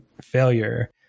failure